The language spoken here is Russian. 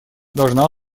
должна